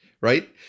right